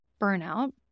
burnout